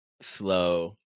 slow